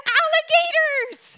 alligators